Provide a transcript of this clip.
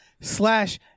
slash